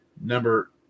Number